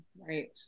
right